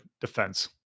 defense